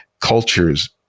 cultures